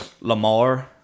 Lamar